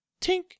Tink